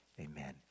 amen